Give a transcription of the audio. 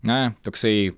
na toksai